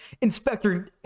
Inspector